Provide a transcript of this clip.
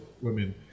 women